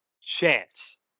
chance